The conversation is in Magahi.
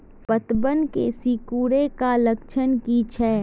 पतबन के सिकुड़ ऐ का लक्षण कीछै?